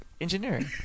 engineering